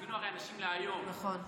שהזמינו אנשים להיום,